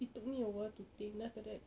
it took me awhile to think then after that